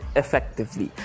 effectively